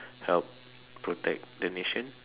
help protect the nation